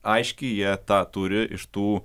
aiškiai jie tą turi iš tų